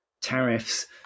tariffs